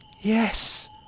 Yes